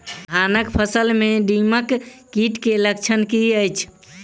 धानक फसल मे दीमक कीट केँ लक्षण की अछि?